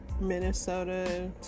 Minnesota